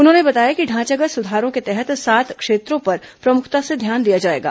उन्होंने बताया कि ढांचागत सुधारों के तहत सात क्षेत्रों पर प्रमुखता से ध्यान दिया जाएगा